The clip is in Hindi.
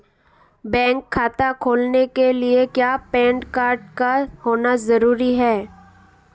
बैंक खाता खोलने के लिए क्या पैन कार्ड का होना ज़रूरी है?